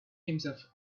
himself